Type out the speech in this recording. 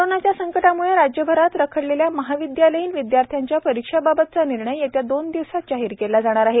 कोरोनाच्या संकटामुळे राज्यभरातल्या रखडलेल्या महाविदयालयीन विदयार्थ्याच्या परीक्षांबाबतचा निर्णय येत्या दोन दिवसांत जाहीर केला जाणार आहे